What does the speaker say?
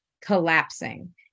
collapsing